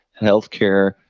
healthcare